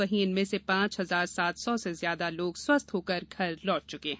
वहीं इनमें से पांच हजार सात सौ से ज्यादा लोग स्वस्थ्य होकर घर लौट चुके हैं